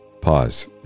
Pause